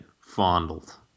fondled